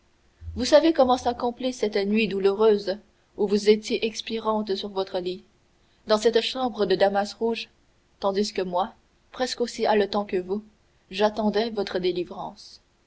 vous savez comment s'accomplit cette nuit douloureuse où vous étiez expirante sur votre lit dans cette chambre de damas rouge tandis que moi presque aussi haletant que vous j'attendais votre délivrance